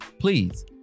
please